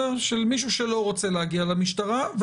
מישהו שלא רוצה להגיע למשטרה,